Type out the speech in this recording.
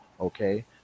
Okay